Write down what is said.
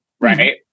right